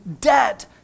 debt